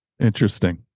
Interesting